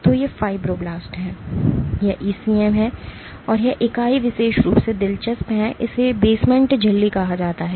तो ये फाइब्रोब्लास्ट हैं यह ईसीएम है और यह इकाई विशेष रूप से दिलचस्प है इसे बेसमेंट झिल्ली कहा जाता है